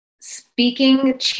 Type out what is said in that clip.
speaking